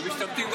הם משתמטים גם,